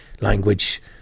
language